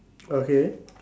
okay